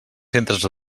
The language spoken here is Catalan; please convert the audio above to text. centres